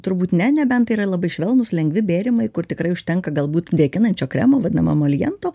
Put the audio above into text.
turbūt ne nebent tai yra labai švelnūs lengvi bėrimai kur tikrai užtenka galbūt drėkinančio kremo vadinamo moliento